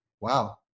Wow